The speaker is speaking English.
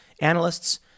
analysts